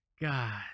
God